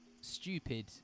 stupid